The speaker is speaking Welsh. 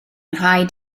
rhaid